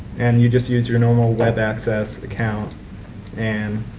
and you just use your normal web access account and